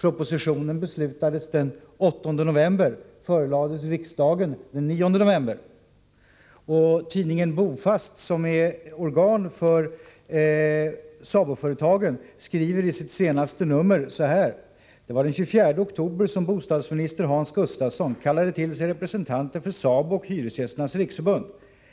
Propositionen beslutades den 8 november och förelades riksdagen den 9 november. Tidningen Bo Fast, som är organ för SABO-företagen, skriver i sitt senaste nummer: ”Det var den 24 oktober som bostadsminister Hans Gustafsson kallade till sig representanter för SABO och hyresgästernas riksförbund.